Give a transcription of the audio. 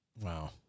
Wow